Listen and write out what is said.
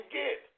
get